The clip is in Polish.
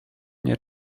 nie